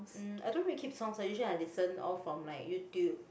um I don't really keep songs I usually listen all from like YouTube